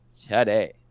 today